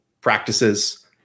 practices